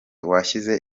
washyize